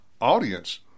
audience